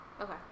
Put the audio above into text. Okay